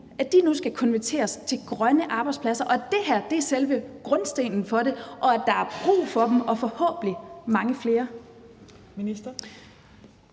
nu skal konverteres til grønne arbejdspladser, og at det her er selve grundstenen for det, og at der er brug for dem og forhåbentlig mange flere?